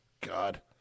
God